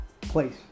Place